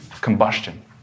combustion